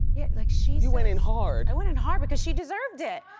yeah, like she you went in hard. i went in hard because she deserved it,